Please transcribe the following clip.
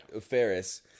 Ferris